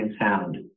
sound